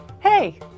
Hey